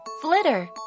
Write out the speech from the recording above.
flitter